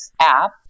app